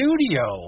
studio